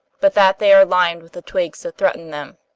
but that they are limed with the twigs that threatens them.